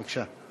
בבקשה.